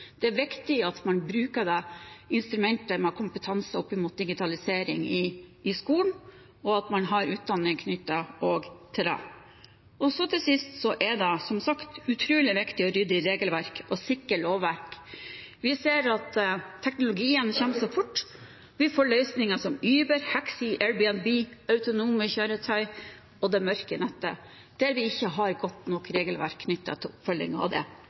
Det er viktig at man bruker instrumenter med kompetanse når det gjelder digitalisering i skolen, og at man har utdanning knyttet til det. Til sist er det som sagt utrolig viktig å rydde i regelverk og sikre lovverk. Vi ser at teknologien kommer fort. Vi får løsninger som Uber, Haxi, Airbnb, autonome kjøretøy og «det mørke nettet», der vi ikke har godt nok regelverk knyttet til oppfølging. Det må vi få på plass. Det